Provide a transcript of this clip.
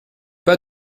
pas